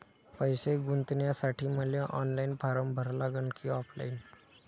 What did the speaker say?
पैसे गुंतन्यासाठी मले ऑनलाईन फारम भरा लागन की ऑफलाईन?